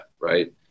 right